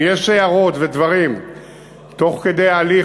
אם יש הערות ודברים תוך כדי ההליך,